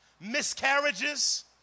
miscarriages